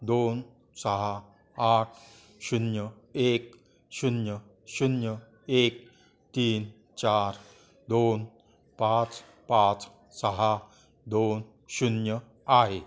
दोन सहा आठ शून्य एक शून्य शून्य एक तीन चार दोन पाच पाच सहा दोन शून्य आहे